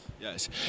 Yes